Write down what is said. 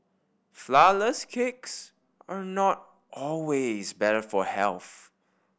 flourless cakes are not always better for health